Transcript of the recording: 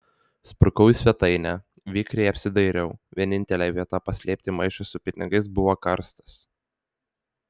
sprukau į svetainę vikriai apsidairiau vienintelė vieta paslėpti maišui su pinigais buvo karstas